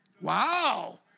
Wow